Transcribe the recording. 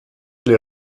les